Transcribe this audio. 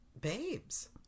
babes